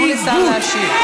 זהו, תנו לשר להשיב.